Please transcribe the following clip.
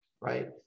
right